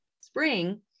spring